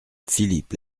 philippe